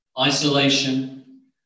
isolation